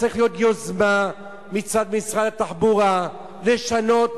צריכה להיות יוזמה מצד משרד התחבורה לשנות,